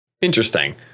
Interesting